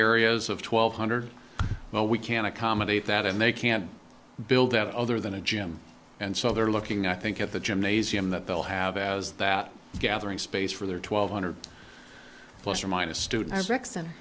areas of twelve hundred well we can accommodate that and they can't build that other than a gym and so they're looking i think at the gymnasium that they'll have as that gathering space for their twelve hundred plus or minus student